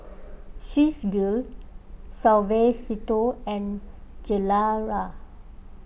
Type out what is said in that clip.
Swissgear Suavecito and Gilera